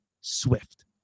Swift